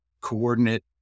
coordinate